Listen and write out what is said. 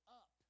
up